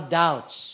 doubts